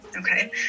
Okay